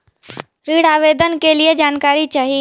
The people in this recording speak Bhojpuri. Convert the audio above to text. ऋण आवेदन के लिए जानकारी चाही?